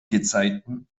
gezeiten